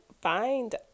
find